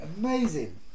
amazing